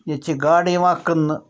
ییٚتہِ چھِ گاڈٕ یِوان کٕنٛنہٕ